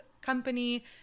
company